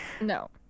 No